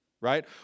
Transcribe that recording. right